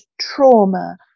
trauma